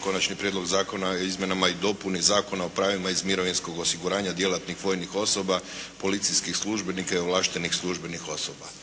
Konačni prijedlog Zakona o izmjenama i dopuni Zakona o pravima iz mirovinskog osiguranja djelatnih vojnih osoba, policijskih službenika i ovlaštenih službenih osoba.